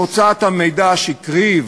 והוצאת המידע השקרי,